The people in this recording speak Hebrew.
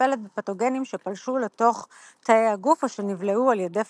המטפלת בפתוגנים שפלשו לתוך תאי הגוף או שנבלעו על ידי פגוציטים.